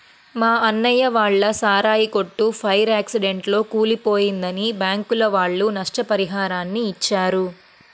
మా అన్నయ్య వాళ్ళ సారాయి కొట్టు ఫైర్ యాక్సిడెంట్ లో కాలిపోయిందని బ్యాంకుల వాళ్ళు నష్టపరిహారాన్ని ఇచ్చారు